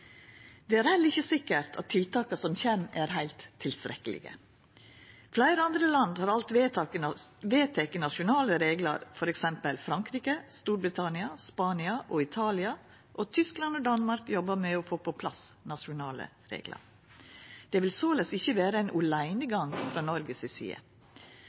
Det er heller ikkje sikkert at tiltaka som kjem, er heilt tilstrekkelege. Fleire andre land har alt vedteke nasjonale reglar, f.eks. Frankrike, Storbritannia, Spania og Italia, og Tyskland og Danmark jobbar med å få på plass nasjonale reglar. Det vil såleis ikkje vera ein åleinegang frå Noreg si side.